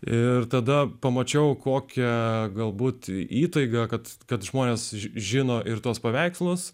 ir tada pamačiau kokia galbūt įtaiga kad kad žmonės žino ir tuos paveikslus